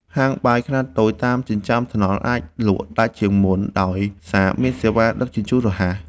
ហាងបាយខ្នាតតូចតាមចិញ្ចើមថ្នល់ អាចលក់ដាច់ជាងមុន ដោយសារមានសេវាដឹកជញ្ជូនរហ័ស។